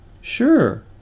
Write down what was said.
Sure